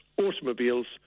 automobiles